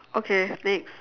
okay next